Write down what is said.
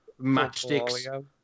Matchsticks